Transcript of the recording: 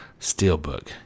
Steelbook